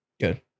Good